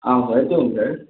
ஆமாம் சார் சொல்லுங்கள் சார்